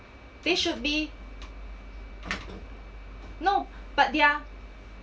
they should be no but their